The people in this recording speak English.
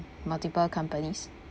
multiple companies